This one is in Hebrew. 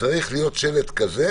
צריך להיות שלט כזה,